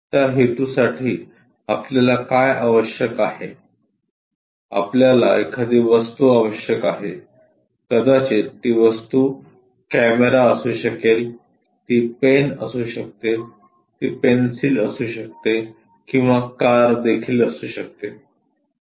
त्या हेतूसाठी आपल्याला काय आवश्यक आहे आपल्याला एखादी वस्तू आवश्यक आहे कदाचित ती वस्तू कॅमेरा असू शकेल ती पेन असू शकते ती पेन्सिल असू शकते किंवा कार देखील असू शकते